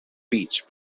beach